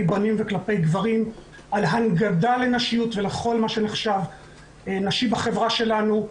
בנים וכלפי גברים בהנגדה לנשיות וכל מה שנחשב נשי בחברה שלנו,